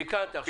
תיקנת.